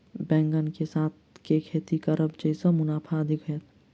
बैंगन कऽ साथ केँ खेती करब जयसँ मुनाफा अधिक हेतइ?